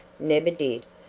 never did.